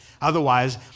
Otherwise